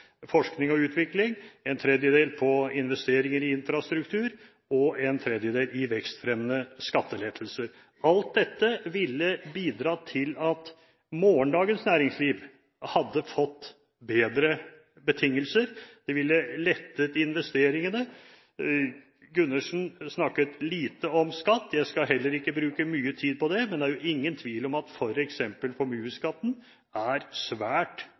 forskning og utvikling, en tredjedel på investeringer i infrastruktur og en tredjedel på vekstfremmende skattelettelser. Alt dette ville bidratt til at morgendagens næringsliv hadde fått bedre betingelser. Det ville lettet investeringene. Representanten Gundersen snakket lite om skatt. Jeg skal heller ikke bruke mye tid på det, men det er jo ingen tvil om at f.eks. formuesskatten er svært